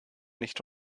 nicht